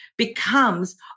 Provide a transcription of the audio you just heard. becomes